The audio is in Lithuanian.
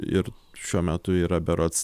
ir šiuo metu yra berods